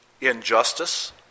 injustice